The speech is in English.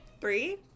three